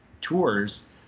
tours